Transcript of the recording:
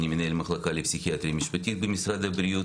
אני מנהל מחלקה לפסיכיאטריה משפטית במשרד הבריאות,